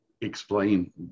explain